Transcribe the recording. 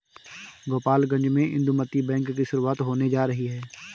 गोपालगंज में इंदुमती बैंक की शुरुआत होने जा रही है